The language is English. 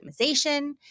optimization